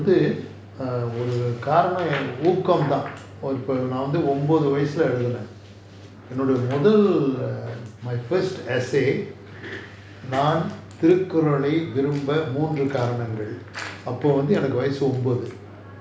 அது வந்து ஒரு காரணம் யூகம் தான் நான் வந்து ஒன்பது வயசுல எழுதினேன் என்னோட முதல்:athu vanthu oru kaaranam yugam thaan naan vanthu onbathu vayasula ezhuthunaen enoda muthal you know the model err my first essay நான் திருக்குறளை விரும்ப மூன்று காரணங்கள் அப்போ எனக்கு வயசு ஒன்பது:naan thirukkuralai virumba moondru kaaranangal appo ennaku vayasu onbathu